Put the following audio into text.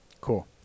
Cool